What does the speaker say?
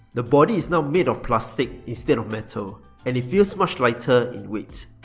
the body is now made of plastic instead of metal and it feels much lighter in weight.